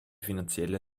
finanzielle